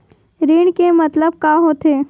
ऋण के मतलब का होथे?